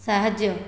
ସାହାଯ୍ୟ